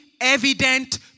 evident